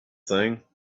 thing